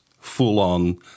full-on